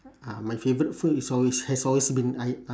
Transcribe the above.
ah my favourite food is always has always been I uh